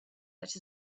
that